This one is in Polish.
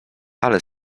ale